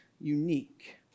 unique